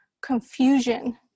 confusion